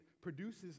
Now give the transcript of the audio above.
produces